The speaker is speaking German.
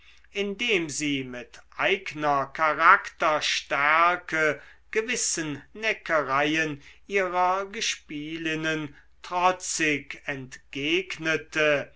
indem sie mit eigner charakterstärke gewissen neckereien ihrer gespielinnen trotzig